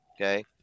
okay